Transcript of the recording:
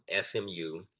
SMU